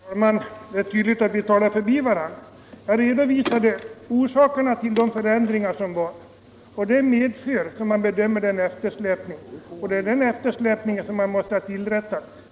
Herr talman! Det är tydligt att vi talar förbi varandra. Jag redovisade orsakerna till förändringarna. Man har konstaterat en eftersläpning här. Det är denna eftersläpning som man måste rätta till.